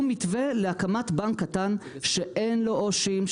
מתווה להקמת בנק קטן שאין לו עו"שים,